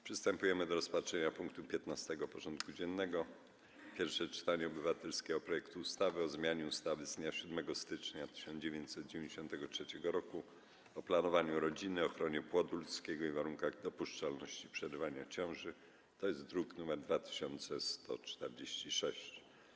Przystępujemy do rozpatrzenia punktu 15. porządku dziennego: Pierwsze czytanie obywatelskiego projektu ustawy o zmianie ustawy z dnia 7 stycznia 1993 r. o planowaniu rodziny, ochronie płodu ludzkiego i warunkach dopuszczalności przerywania ciąży (druk nr 2146)